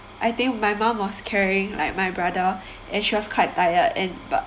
I think my mum was carrying like my brother and she was quite tired and